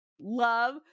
love